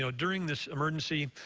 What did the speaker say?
so during this emergency,